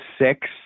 Six